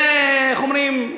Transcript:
זה, איך אומרים,